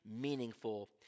meaningful